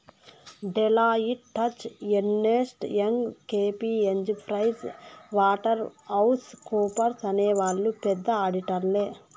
Deloitte, Touche Ernst, Young KPMG Price Waterhouse కూపర్స్అనే వాళ్ళు పెద్ద ఆడిటర్లే